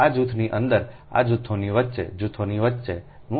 આ જૂથની અંદર છે આ જૂથોની વચ્ચે જૂથો વચ્ચેનું અંતર છે